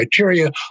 criteria